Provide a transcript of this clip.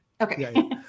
Okay